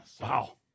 Wow